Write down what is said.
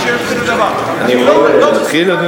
אני יכול להתחיל,